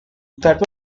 that